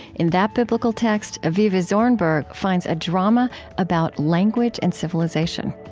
in that biblical text, avivah zornberg finds a drama about language and civilization.